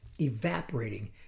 evaporating